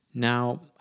Now